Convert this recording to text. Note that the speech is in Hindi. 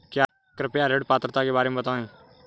कृपया ऋण पात्रता के बारे में बताएँ?